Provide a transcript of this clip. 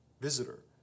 visitor